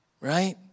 right